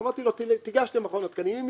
אמרתי לו: תיגש למכון התקנים.